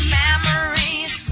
memories